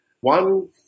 One